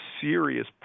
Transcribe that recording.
serious